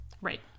Right